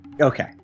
Okay